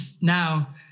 Now